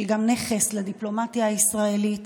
שהיא גם נכס לדיפלומטיה הישראלית